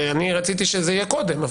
אני רציתי שזה יהיה קודם,